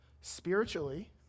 spiritually